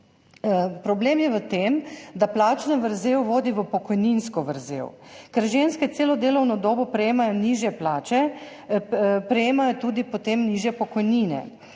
Problem je v tem, da plačna vrzel vodi v pokojninsko vrzel. Ker ženske celo delovno dobo prejemajo nižje plače, prejemajo potem tudi nižje pokojnine.